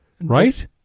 right